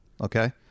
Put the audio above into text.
okay